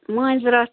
مٲنز راتھ